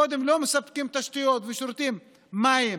קודם לא מספקים תשתיות ושירותי מים,